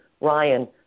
Ryan